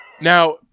Now